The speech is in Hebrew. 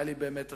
היה לי באמת עצוב.